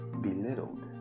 belittled